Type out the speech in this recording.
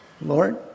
Lord